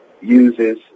uses